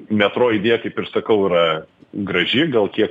metro idėja kaip ir sakau yra graži gal kiek